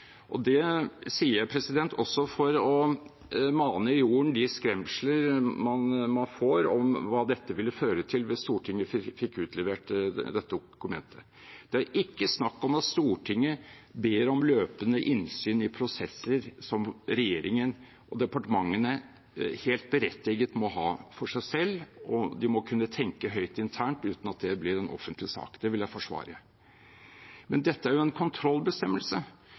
Det sier jeg også for å mane i jorden de skremsler man får om hva det ville føre til hvis Stortinget fikk utlevert dette dokumentet. Det er ikke snakk om at Stortinget ber om løpende innsyn i prosesser som regjeringen og departementene helt berettiget må ha for seg selv. De må kunne tenke høyt internt uten at det blir en offentlig sak, det vil jeg forsvare. Men dette er en kontrollbestemmelse,